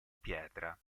pietra